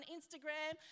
Instagram